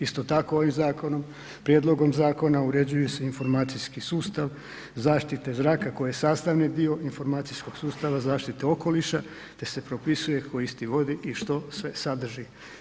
Isto tako, ovim zakonom, prijedlogom zakona uređuju se informacijski sustav zaštite zraka koje je sastavni dio informacijskog sustava zaštite okoliša te se propisuje ... i što sve sadrži.